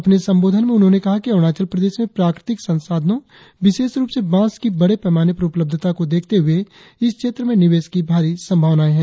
अपने संबोधन में उन्होंने कहा कि अरुणाचल प्रदेश में प्राकृतिक संसाधनों विशेष रुप से बांस की बड़े पैमाने पर उपलब्धता को देखते हुए इस क्षेत्र में निवेश की भारी संभावनाएं हैं